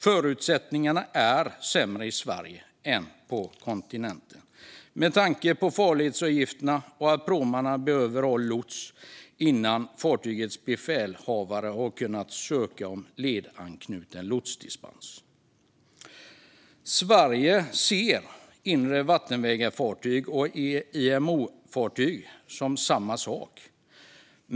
Förutsättningarna är sämre i Sverige än på kontinenten med tanke på farledsavgifterna och att pråmarna behöver ha lots innan fartygets befälhavare kan ansöka om ledanknuten lotsdispens. Sverige ser fartyg för inre vattenvägar och IMO-fartyg som samma sak.